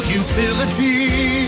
utility